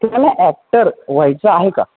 तुम्हाला ॲक्टर व्हायचं आहे का